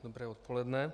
Dobré odpoledne.